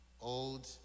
Old